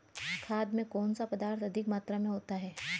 खाद में कौन सा पदार्थ अधिक मात्रा में होता है?